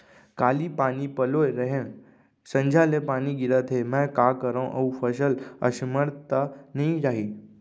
काली पानी पलोय रहेंव, संझा ले पानी गिरत हे, मैं का करंव अऊ फसल असमर्थ त नई जाही?